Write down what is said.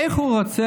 איך הוא רוצה,